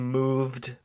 moved